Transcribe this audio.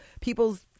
people's